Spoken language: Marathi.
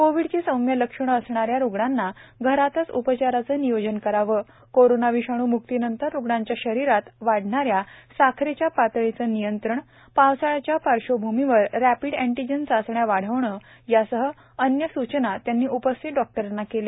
कोविडची सौम्य लक्षणं असणाऱ्या रुग्णांना घरातच उपचाराचं नियोजन करावं कोरोना विषाणू मुक्तीनंतर रुग्णांच्या शरिरात वाढणाऱ्या साखरेच्या पातळीचं नियंत्रण पावसाळ्याच्या पार्श्वभूमीवर रॅपिड अँटीजेन चाचण्या वाढवणं यासह अन्य सूचना त्यांनी उपस्थित डॉक्टरांना केल्या